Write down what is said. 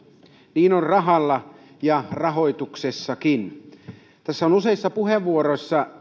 niin on rahalla ja rahoituksessakin tässä on useissa puheenvuoroissa